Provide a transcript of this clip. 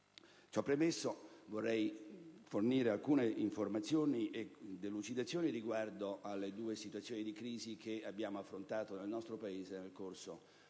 Ciò premesso, vorrei fornire alcune informazioni e delucidazioni riguardo alle due situazioni di crisi che abbiamo affrontato nel nostro Paese nello scorso mese